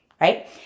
Right